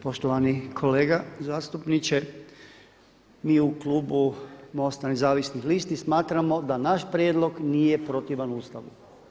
Poštovani kolega zastupniče, mi u klubu MOST-a Nezavisnih listi smatramo da naš prijedlog nije protivan Ustavu.